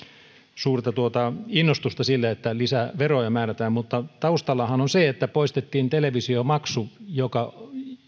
suurta innostusta sille että lisää veroja määrätään mutta taustallahan on se että poistettiin televisiomaksu joka